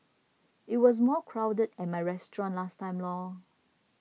it was more crowded at my restaurant last time lor